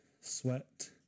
sweat